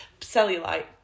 cellulite